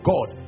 God